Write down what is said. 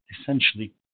essentially